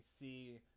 see